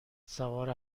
سوار